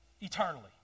eternally